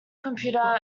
computer